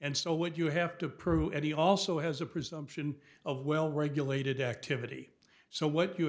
and so would you have to prove he also has a presumption of well regulated activity so what